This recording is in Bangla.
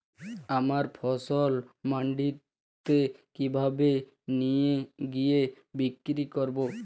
আমার ফসল মান্ডিতে কিভাবে নিয়ে গিয়ে বিক্রি করব?